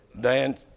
Dan